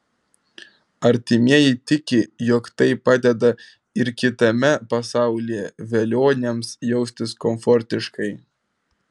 artimieji tiki jog tai padeda ir kitame pasaulyje velioniams jaustis komfortiškai